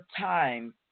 time